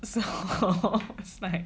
so